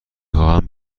خواهم